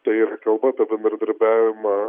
taip ir kalbu apie bendradarbiavimą